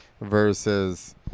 versus